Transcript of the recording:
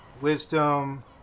wisdom